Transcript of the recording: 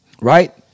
right